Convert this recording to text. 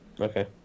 Okay